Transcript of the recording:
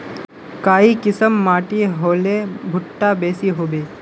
काई किसम माटी होले भुट्टा बेसी होबे?